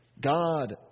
God